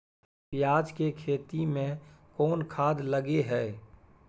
पियाज के खेती में कोन खाद लगे हैं?